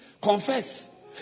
Confess